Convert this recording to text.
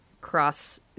cross